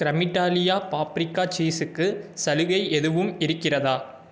Creme Italia paprika சீஸ்ஸுக்கு சலுகை எதுவும் இருக்கிறதா